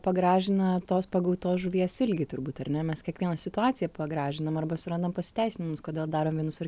pagražina tos pagautos žuvies ilgį turbūt ar ne mes kiekvieną situaciją pagražinam arba surandam pasiteisinimus kodėl darom vienus ar